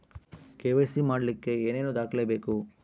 KYC ಮಾಡಲಿಕ್ಕೆ ಏನೇನು ದಾಖಲೆಬೇಕು?